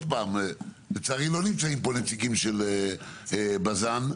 ולצערי לא נמצאים פה נציגי מפעל בז"ן,